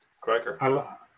Cracker